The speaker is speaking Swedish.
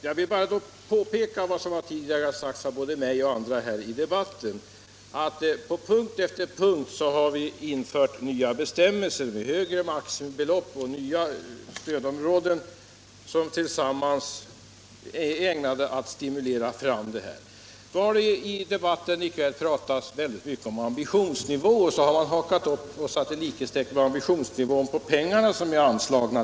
Jag vill bara peka på vad som tidigare sagts av både mig och andra här i debatten: På punkt efter punkt har vi infört nya bestämmelser med högre maximibelopp och nya stödområden som tillsammans är ägnade att stimulera till sparsamhet med energin. Det har pratats väldigt mycket om ambitionsnivå, och man har satt likhetstecken mellan det begreppet och pengarna som anslås.